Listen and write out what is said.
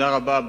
תודה רבה.